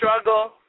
struggle